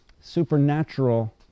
supernatural